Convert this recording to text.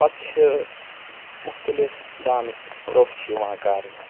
پَتہٕ چھِ مُختلِف ڈانٕس روٚف چھِ یِوان کرنہٕ